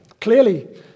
Clearly